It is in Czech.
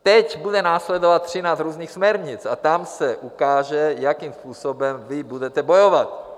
Teď bude následovat třináct různých směrnic a tam se ukáže, jakým způsobem vy budete bojovat.